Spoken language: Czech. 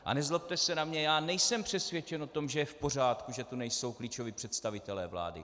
A nezlobte se na mě, já nejsem přesvědčen o tom, že je v pořádku, že tu nejsou klíčoví představitelé vlády.